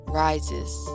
rises